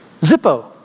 Zippo